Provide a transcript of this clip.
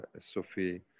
Sophie